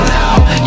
now